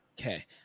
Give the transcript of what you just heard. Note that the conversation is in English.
Okay